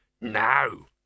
No